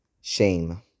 Shame